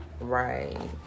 Right